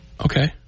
Okay